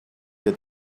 que